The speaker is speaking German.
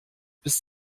bis